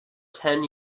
ten